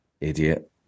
Idiot